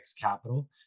capital